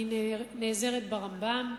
אני נעזרת ברמב"ם,